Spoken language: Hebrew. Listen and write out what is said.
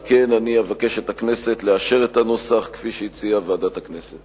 על כן אני אבקש מהכנסת לאשר את הנוסח כפי שהציעה ועדת הכנסת.